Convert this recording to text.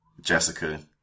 Jessica